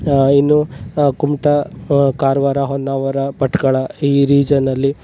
ಇನ್ನು ಕುಮಟಾ ಕಾರವಾರ ಹೊನ್ನಾವರ ಭಟ್ಕಳ ಈ ರೀಜನಲ್ಲಿ